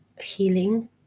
healing